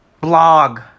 blog